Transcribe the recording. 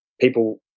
people